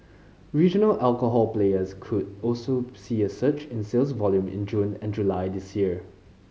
regional alcohol players could also see a surge in sales volume in June and July this year